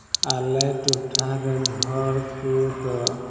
ᱟᱞᱮ ᱴᱚᱴᱷᱟ ᱨᱮᱱ ᱦᱚᱲ ᱠᱚᱫᱚ